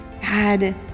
God